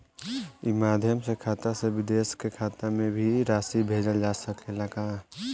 ई माध्यम से खाता से विदेश के खाता में भी राशि भेजल जा सकेला का?